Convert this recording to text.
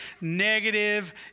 negative